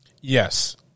Yes